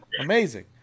amazing